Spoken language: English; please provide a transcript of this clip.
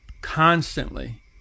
constantly